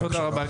תודה רבה.